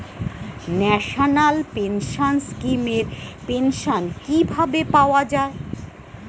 National pension scheme এর pension কিভাবে পাওয়া যায়?